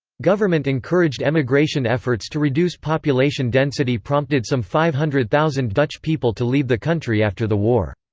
government-encouraged emigration efforts to reduce population density prompted some five hundred thousand dutch people to leave the country after the war.